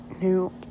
new